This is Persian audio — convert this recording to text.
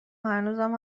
هنوزم